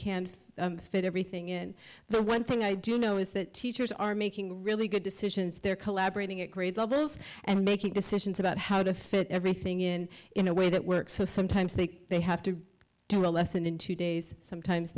can fit everything in but one thing i do know is that teachers are making really good decisions they're collaborating at grade levels and making decisions about how to fit everything in in a way that works so sometimes think they have to do a lesson in two days sometimes